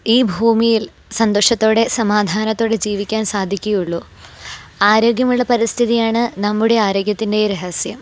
ഈ ഭൂമിയിൽ സന്തോഷത്തോടെ സമാധാനത്തോടെ ജീവിക്കാൻ സാധിക്കുകയുള്ളൂ ആരോഗ്യമുള്ള പരിസ്ഥിതിയാണ് നമ്മുടെ ആരോഗ്യത്തിൻ്റെ രഹസ്യം